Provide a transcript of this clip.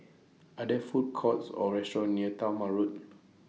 Are There Food Courts Or restaurants near Talma Road